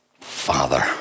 Father